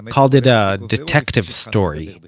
called it a detective story.